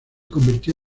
convirtió